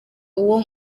uwo